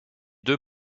deux